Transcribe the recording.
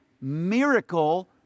miracle